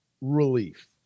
relief